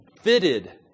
fitted